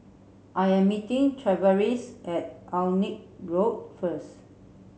I am meeting Tavaris at Alnwick Road first